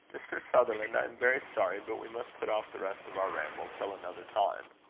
mr. sutherland, i am very sorry, but we must put off the rest of our ramble till another time.